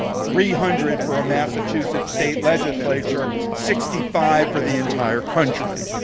three hundred for a massachusetts state legislature. sixty-five for the entire country.